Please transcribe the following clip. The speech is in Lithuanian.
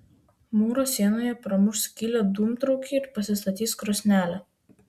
mūro sienoje pramuš skylę dūmtraukiui ir pasistatys krosnelę